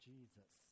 Jesus